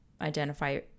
identify